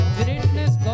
greatness